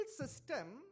system